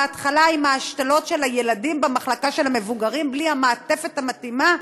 בהתחלה עם ההשתלות של הילדים במחלקה של המבוגרים בלי המעטפת המתאימה,